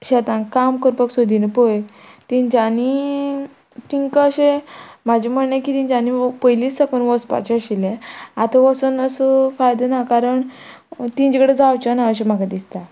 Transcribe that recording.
शेतांक काम करपाक सोदिना पय तेंच्यांनी तिंकां अशें म्हाजें म्हण्णे की तेंच्यांनी पयलींच साकून वसपाचें आशिल्ले आतां वचून असो फायदो ना कारण तिंचे कडेन जावचेना अशें म्हाका दिसता